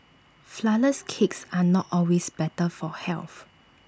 Flourless Cakes are not always better for health